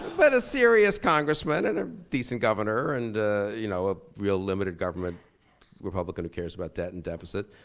but a serious congressman and a decent governor and you know a real limited government republican who cares about debt and deficit.